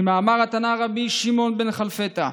כמאמר התנא רבי שמעון בן חלפתא: